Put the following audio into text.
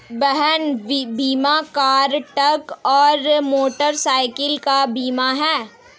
वाहन बीमा car, truck और मोटरसाइकिल का बीमा है